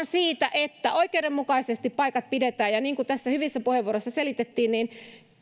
siitä että oikeudenmukaisesti paikat pidetään ja niin kuin tässä hyvissä puheenvuoroissa selitettiin